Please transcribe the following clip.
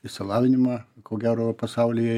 išsilavinimą ko gero pasaulyje